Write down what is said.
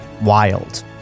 Wild